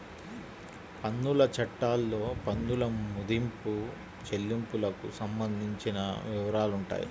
పన్నుల చట్టాల్లో పన్నుల మదింపు, చెల్లింపులకు సంబంధించిన వివరాలుంటాయి